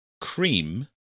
Cream